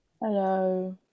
Hello